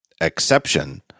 exception